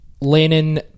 Lennon